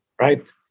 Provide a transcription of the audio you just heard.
right